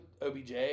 OBJ